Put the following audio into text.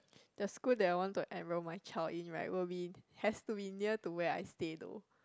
the school that I want to enroll my child in right will be has to be near to where I stay though